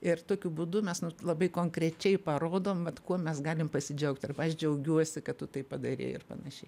ir tokiu būdu mes labai konkrečiai parodom vat kuo mes galim pasidžiaugt arba aš džiaugiuosi kad tu taip padarei ir panašiai